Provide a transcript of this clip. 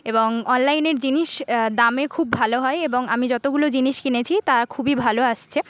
এবং অনলাইনের জিনিস দামে খুব ভালো হয় এবং আমি যতগুলো জিনিস কিনেছি তা খুবই ভালো আসছে